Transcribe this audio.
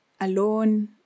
alone